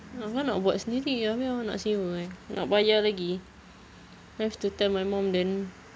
ingatkan nak buat sendiri abeh awak nak sewa eh nak bayar lagi have to tell my mum then